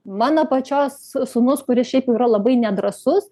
mano pačios sūnus kuris šiaip yra labai nedrąsus